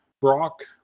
brock